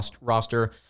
roster